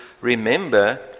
remember